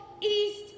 east